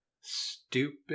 Stupid